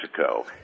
Mexico